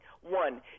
one